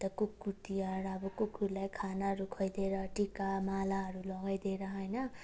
अन्त कुकुर तिहार अब कुकुरलाई खानाहरू खुवाइदिएर टिका मालाहरू लगाइदिएर होइन